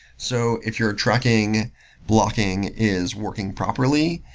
so if your tracking blocking is working properly,